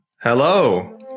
Hello